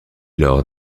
lors